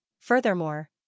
Furthermore